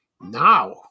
now